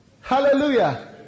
Hallelujah